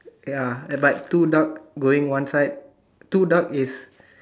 ya eh but two duck going one side two duck is